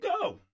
go